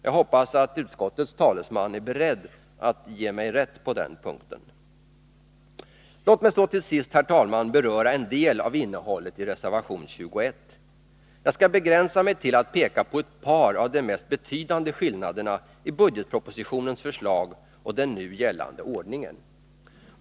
Jag hoppas att utskottets talesman är beredd att ge mig rätt på den punkten. Låt mig så till sist, herr talman, beröra en del av innehållet i reservation 21. Jag skall begränsa mig till att peka på ett par av de mest betydande skillnaderna i budgetpropositionens förslag och den nu gällande ordningen.